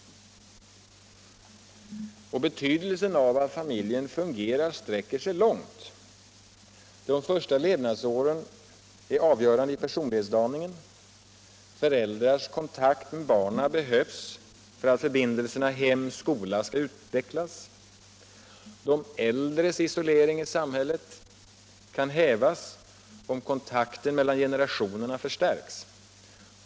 Betydelsen av att familjen fungerar sträcker sig långt. De första levnadsåren är avgörande för personlighetsdaningen. Föräldrars kontakt med barnen behövs för att förbindelserna hem-skola skall utvecklas. De äldres isolering i samhället kan hävas om kontakten mellan generationerna förstärks.